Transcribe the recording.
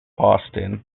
boston